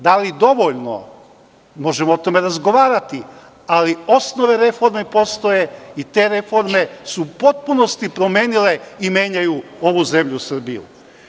Da li dovoljno, možemo o tome razgovarati, ali osnovne reforme postoje i te reforme su u potpunosti promenile i menjaju ovu zemlju Srbiju.